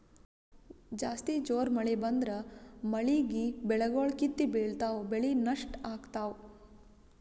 ಜಾಸ್ತಿ ಜೋರ್ ಮಳಿ ಬಂದ್ರ ಮಳೀಗಿ ಬೆಳಿಗೊಳ್ ಕಿತ್ತಿ ಬಿಳ್ತಾವ್ ಬೆಳಿ ನಷ್ಟ್ ಆಗ್ತಾವ್